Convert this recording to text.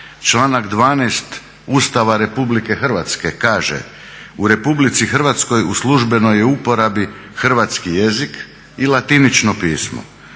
Članak 12. Ustava Republike Hrvatske kaže: "U Republici Hrvatskoj u službenoj je uporabi hrvatski jezik i latinično pismo.